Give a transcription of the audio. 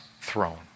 throne